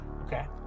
Okay